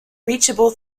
reachable